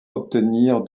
obtenir